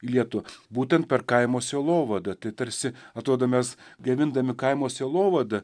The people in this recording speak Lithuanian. į lietuvą būtent per kaimo sielovadą tai tarsi atrodo mes gaivindami kaimo sielovadą